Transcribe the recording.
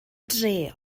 dre